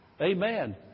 Amen